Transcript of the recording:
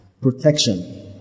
protection